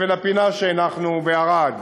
אבן הפינה שהנחנו בערד,